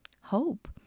hope